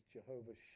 Jehovah